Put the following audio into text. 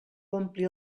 ompli